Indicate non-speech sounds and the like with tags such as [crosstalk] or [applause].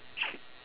[noise]